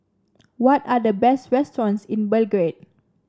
what are the best restaurants in Belgrade